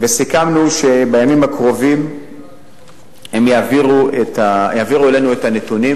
וסיכמנו שבימים הקרובים הם יעבירו אלינו את הנתונים,